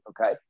okay